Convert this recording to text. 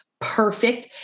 perfect